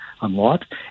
unlocked